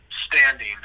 standing